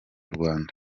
rwanda